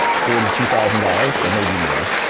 forty two thousand dollars, or maybe more.